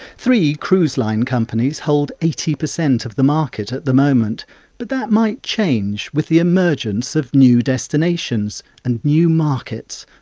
three cruise line companies hold eighty percent of the market at the moment but that might change with the emergence of new destinations and new markets.